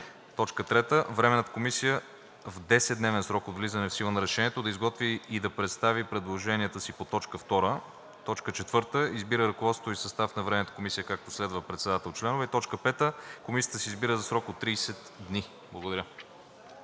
зима. 3. Временната комисия в 10-дневен срок от влизане в сила на решението да изготви и представи предложенията си по т. 2. 4. Избира ръководство и състав на Временната комисия, както следва: Председател: … Членове: … 5. Комисията се избира за срок от 30 дни“. Благодаря.